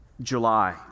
July